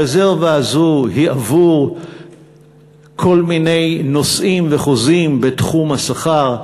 הרזרבה הזאת היא עבור כל מיני נושאים וחוזים בתחום השכר.